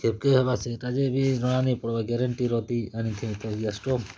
କେବ୍କେ ହେବା ସେଟା ଯେ ଏବେ ଜଣା ନାଇ ପଡ଼୍ବାର୍ ଗେରେଣ୍ଟି ର ଥି ଆନିଥିଲି ତ ଗ୍ୟାସ୍ ଷ୍ଟୋବ୍